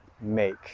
make